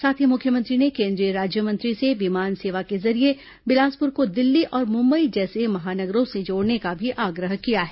साथ ही मुख्यमंत्री ने केंद्रीय राज्यमंत्री से विमान सेवा के जरिये बिलासपुर को दिल्ली और मुंबई जैसे महानगरों से जोड़ने का भी आग्रह किया है